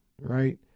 right